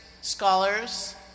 scholars